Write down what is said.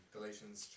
Galatians